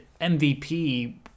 MVP